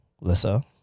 Lissa